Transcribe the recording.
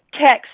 text